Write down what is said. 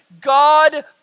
God